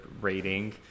rating